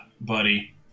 buddy